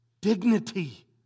dignity